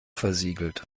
versiegelt